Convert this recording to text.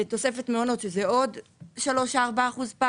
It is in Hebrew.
לתוספת מעונות שהיא עוד שלושה-ארבעה אחוזים,